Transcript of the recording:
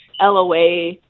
LOA